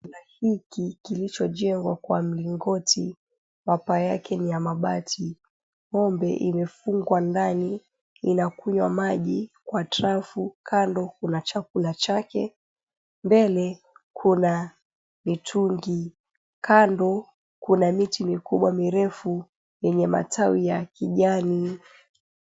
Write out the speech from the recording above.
Kibanda hiki kilichojengwa kwa mlingoti mapaa yake ni ya mabati. Ng'ombe imefungwa ndani inakunywa maji kwa trafu , kando kuna chakula chake. Mbele kuna mitungi, kando kuna miti mikubwa mirefu yenye matawi ya kijani.